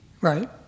Right